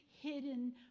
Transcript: hidden